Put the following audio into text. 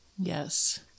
Yes